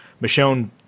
Michonne